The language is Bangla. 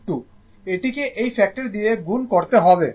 এটিকে এই ফ্যাক্টর দিয়ে গুণ করতে হবে